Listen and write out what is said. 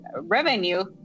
revenue